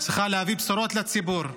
צריכה להביא בשורות לציבור.